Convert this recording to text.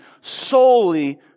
solely